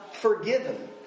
forgiven